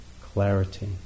clarity